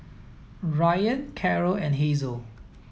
Ryann Caro and Hazel